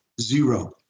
zero